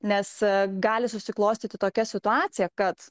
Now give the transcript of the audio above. nes gali susiklostyti tokia situacija kad